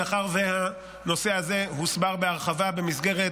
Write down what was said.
מאחר שהנושא הזה הוסבר בהרחבה במסגרת